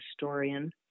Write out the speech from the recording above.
historian